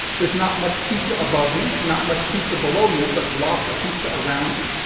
there's not much pizza above you, not much pizza below you, but lots of pizza around you,